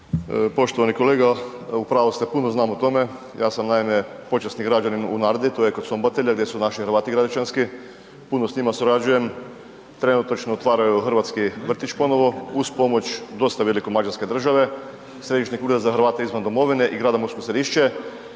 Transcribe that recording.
Poštovani kolega u pravu ste. Puno znam o tome, ja sam naime počasni građanin u Nardi to je kod Sombotelja gdje su naši Hrvati Gradišćanski, puno s njima surađujem, trenutačno otvaraju hrvatski vrtić ponovo uz pomoć dosta veliku Mađarske država, Središnjeg ureda za Hrvate izvan domovine i grada Mursko Središće